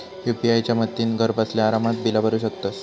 UPI च्या मदतीन घरबसल्या आरामात बिला भरू शकतंस